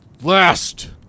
last